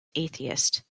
atheist